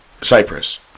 Cyprus